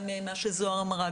גם מה שזהר אמרה,